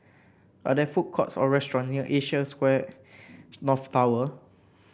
are there food courts or restaurant near Asia Square North Tower